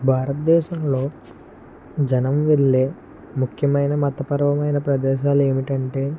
భారతదేశంలో జనం వెళ్ళే ముఖ్యమైన మతపరమైన ప్రదేశాలు ఏమిటంటే